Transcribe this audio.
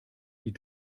die